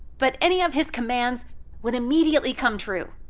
but any of his commands would immediately come true.